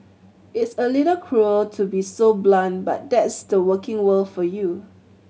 it's a little cruel to be so blunt but that's the working world for you